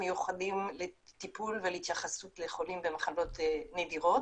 מיוחדים לטיפול ולהתייחסות לחולים במחלות נדירות